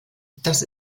das